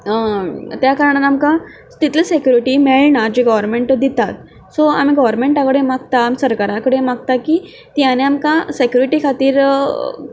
त्या कारणांत आमकां तितली सेक्युरिटी मेळना जी गोवर्मेंट दिता सो आमी गोवर्मेंटा कडेन मागता आमी सरकारा कडेन मागता की तांणे आमकां सेक्युरिटी खातीर